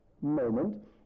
moment